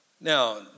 Now